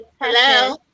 Hello